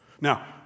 Now